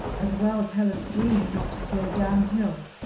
as well tell a stream not to flow downhill.